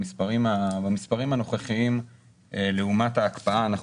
במספרים הנוכחיים לעומת ההקפאה אנחנו